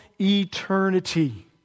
eternity